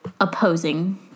opposing